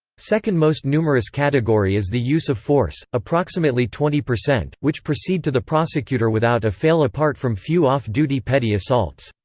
second most numerous category is the use of force, approximately twenty, which proceed to the prosecutor without a fail apart from few off-duty petty assaults.